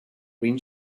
green